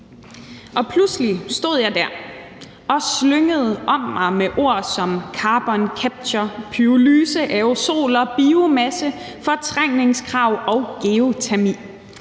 Og pludselig stod jeg der og slyngede om mig med ord som carbon capture, pyrolyse, aerosoler og biomasse, fortrængningskrav og geotermi.